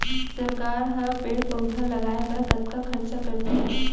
सरकार ह पेड़ पउधा लगाय बर कतका खरचा करथे